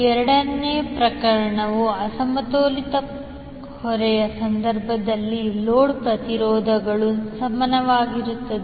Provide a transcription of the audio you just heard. ಎರಡನೆಯ ಪ್ರಕರಣವು ಅಸಮತೋಲಿತ ಹೊರೆಯ ಸಂದರ್ಭದಲ್ಲಿ ಲೋಡ್ ಪ್ರತಿರೋಧಗಳು ಅಸಮಾನವಾಗಿರುತ್ತದೆ